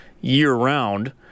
year-round